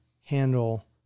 handle